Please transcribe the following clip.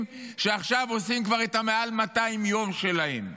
שעכשיו כבר עושים את ה-200 יום שלהם.